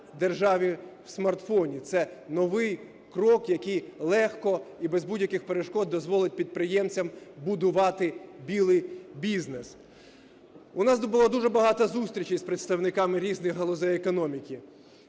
"держави в смартфоні", це новий крок, який легко і без будь-яких перешкод дозволить підприємцям будувати "білий" бізнес. У нас було дуже багато зустрічей з представниками різних галузей економіки